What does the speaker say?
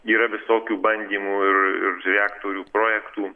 yra visokių bandymų ir ir reaktorių projektų